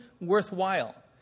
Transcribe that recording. worthwhile